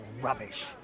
rubbish